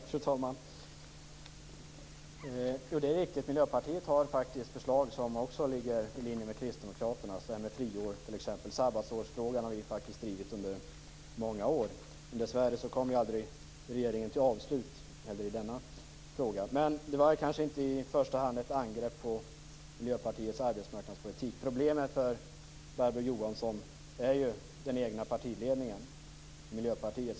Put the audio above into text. Fru talman! Jo, det är riktigt att Miljöpartiet faktiskt har förslag som ligger i linje med kristdemokraternas, t.ex. det här med friår. Sabbatsårsfrågan har vi faktiskt drivit under flera år. Dessvärre kommer aldrig regeringen till avslut heller i denna fråga. Men det var kanske inte i första hand ett angrepp på Miljöpartiets arbetsmarknadspolitik. Problemet för Barbro Johansson är ju den egna partiledningen i Miljöpartiet.